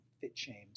fit-shamed